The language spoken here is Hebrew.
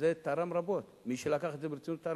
וזה תרם רבות למי שלקח את זה ברצינות.